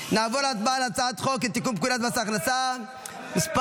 נעבור להצבעה על הצעת חוק לתיקון פקודת מס הכנסה (מס'